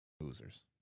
losers